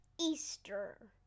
Easter